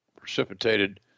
precipitated